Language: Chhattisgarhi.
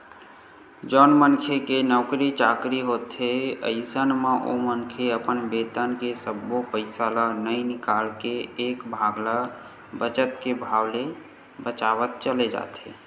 जउन मनखे के नउकरी चाकरी होथे अइसन म ओ मनखे ह अपन बेतन के सब्बो पइसा ल नइ निकाल के एक भाग ल बचत के भाव ले बचावत चले जाथे